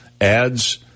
ads